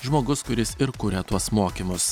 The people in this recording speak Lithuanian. žmogus kuris ir kuria tuos mokymus